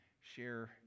share